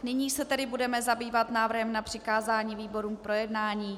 Nyní se tedy budeme zabývat návrhem na přikázání výborům k projednání.